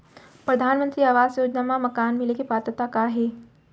परधानमंतरी आवास योजना मा मकान मिले के पात्रता का हे?